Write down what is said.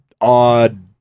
odd